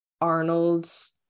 Arnold's